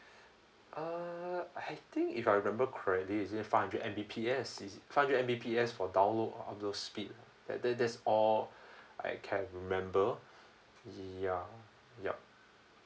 uh I think if I remembered correctly is it five hundred M_B_P_S is it five hundred M_B_P_S for download upload speed ah that that that's all I can remember ya yup